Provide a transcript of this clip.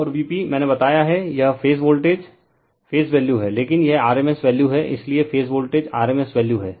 और Vp मैने बताया है यह फेज वोल्टेज फेज वैल्यू है लेकिन यह rms वैल्यू है इसलिए फेज वोल्टेज rms वैल्यू है